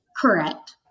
Correct